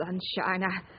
Sunshine